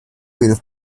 will